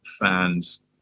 fans